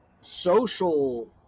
social